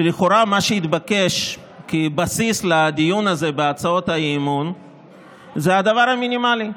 לכאורה מה שהתבקש כבסיס לדיון הזה בהצעות האי-אמון זה הדבר המינימלי,